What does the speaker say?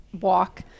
walk